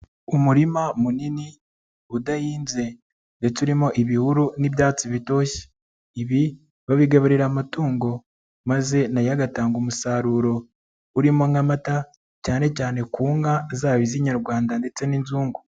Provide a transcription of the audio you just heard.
Umurima munini udahinze ndetse urimo ibihuru n'ibyatsi bitoshye, ibi babigaburira amatungo maze na yo agatanga umusaruro, urimo nk'amata cyane cyane ku nka zabo z'inyarwanda ndetse n'inzungu.